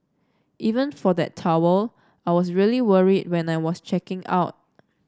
even for that towel I was really worried when I was checking out